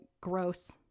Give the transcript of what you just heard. gross